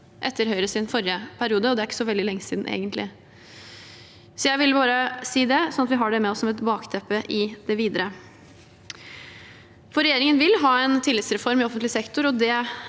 etter Høyres forrige periode, og det er egentlig ikke så veldig lenge siden. Jeg ville bare si det, sånn at vi har det med oss som et bakteppe i det videre. Regjeringen vil ha en tillitsreform i offentlig sektor,